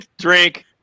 drink